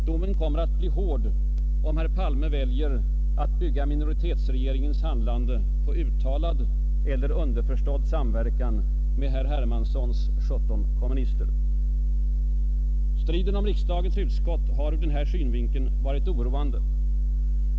Domen kommer att bli hård om herr Palme väljer att bygga minoritetsregeringens handlande på uttalad eller underförstådd samverkan med herr Hermanssons 17 kommunister. Striden om riksdagens utskott har ur denna synvinkel varit oroande.